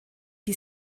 die